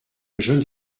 jeunes